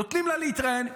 נותנים לה להתראיין,